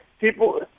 people